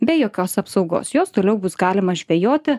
be jokios apsaugos juos toliau bus galima žvejoti